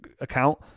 account